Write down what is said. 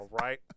right